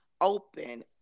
open